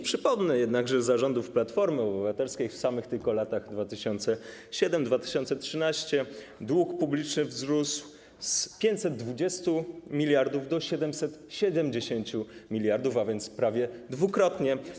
Przypomnę jednak, że za rządów Platformy Obywatelskiej, tylko w samych latach 2007-2013, dług publiczny wzrósł z 520 mld do 770 mld, a więc prawie dwukrotnie.